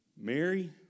Mary